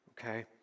Okay